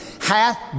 Hath